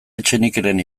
etxenikeren